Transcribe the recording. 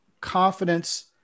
confidence